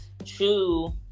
true